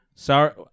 Sorry